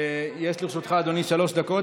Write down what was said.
יש לרשותך, אדוני, שלוש דקות.